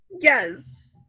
Yes